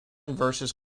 versus